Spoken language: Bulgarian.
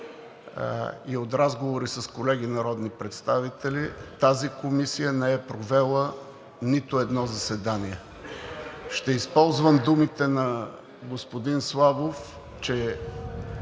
и от разговори с колеги народни представители тази комисия не е провела нито едно заседание. Ще използвам думите на господин Славов, че